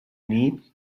need